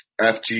FG